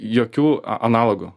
jokių analogų